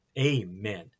Amen